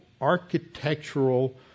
architectural